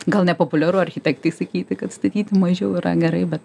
gal nepopuliaru architektei sakyti kad statyti mažiau yra gerai bet